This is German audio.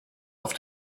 auf